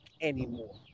anymore